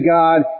God